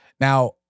Now